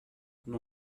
non